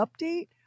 update